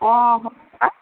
অঁ হয়